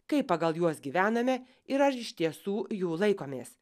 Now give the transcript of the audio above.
kaip pagal juos gyvename ir ar iš tiesų jų laikomės